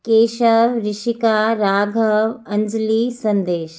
केशव ऋषिका राघव अंजली संदेश